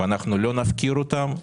אנחנו לא נפקיר אותם.